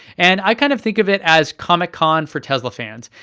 and i kind of think of it as comic-con for tesla fans.